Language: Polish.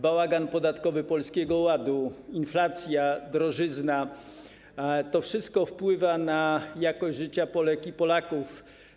Bałagan podatkowy Polskiego Ładu, inflacja, drożyzna - to wszystko wpływa na jakość życia Polek i Polaków.